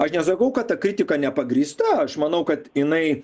aš nesakau kad ta kritika nepagrįsta aš manau kad jinai